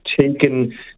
taken